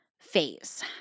phase